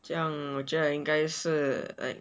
这样我觉得应该是 like